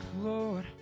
Lord